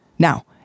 Now